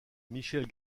michel